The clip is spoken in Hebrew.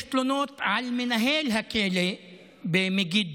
יש תלונות על מנהל הכלא במגידו